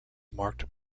marked